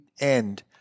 end